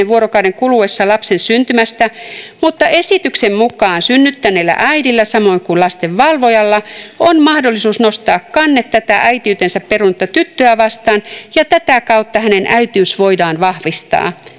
vuorokauden kuluessa lapsen syntymästä mutta esityksen mukaan synnyttäneellä äidillä samoin kuin lastenvalvojalla on mahdollisuus nostaa kanne tätä äitiytensä perunutta tyttöä vastaan ja tätä kautta hänen äitiytensä voidaan vahvistaa